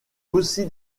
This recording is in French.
aussi